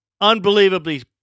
unbelievably